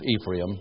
Ephraim